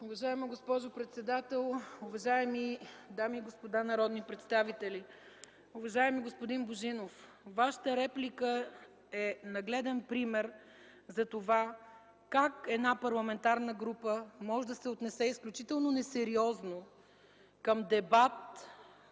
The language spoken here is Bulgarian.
Уважаема госпожо председател, уважаеми дами и господа народни представители! Уважаеми господин Божинов, Вашата реплика е нагледен пример за това как една парламентарна група може да се отнесе изключително несериозно към дебат